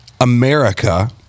America